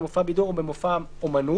במופע בידור או במופע אומנות